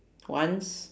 once